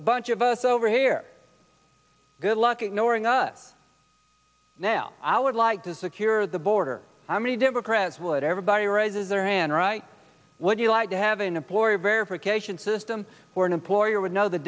bunch of us over here good luck ignoring us now i would like to secure the border how many democrats would everybody raises their hand right would you like to have an employer verification system where an employer would know the